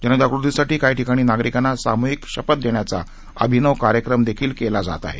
जनजागृतीसाठी काही ठिकाणी नागरिकांना सामुहिक शपथ देण्याचा अभिनव कार्यक्रम देखील केला जात आहे